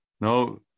No